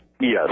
Yes